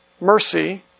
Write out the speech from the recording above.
mercy